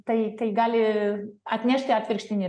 tai tai gali atnešti atvirkštinį